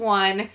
one